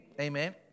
Amen